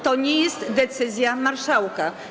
To nie jest decyzja marszałka.